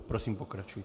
Prosím, pokračujte.